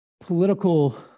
political